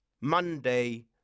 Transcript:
monday